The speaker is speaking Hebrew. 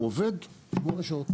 הוא עובד שמונה שעות.